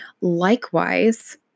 Likewise